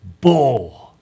bull